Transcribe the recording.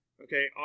Okay